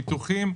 ביטוחים,